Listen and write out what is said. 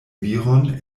viron